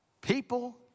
people